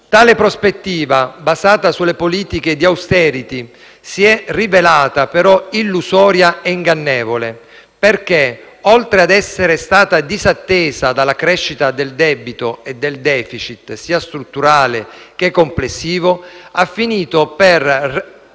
Tale prospettiva, basata sulle politiche di *austerity*, si è rivelata però illusoria e ingannevole perché, oltre a essere stata disattesa dalla crescita del debito e del *deficit* sia strutturale che complessivo, ha finito per